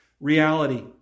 reality